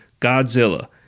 Godzilla